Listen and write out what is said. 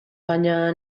baina